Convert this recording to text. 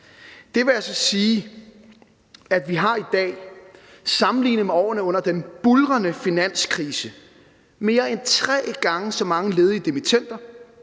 Det vil altså sige, at vi sammenlignet med årene under den buldrende finanskrise i dag har mere end tre gange så mange ledige dimittender,